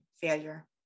failure